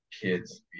kids